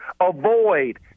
avoid